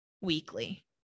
weekly